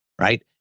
Right